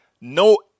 No